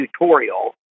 tutorial